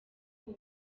kuba